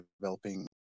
developing